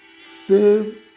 Save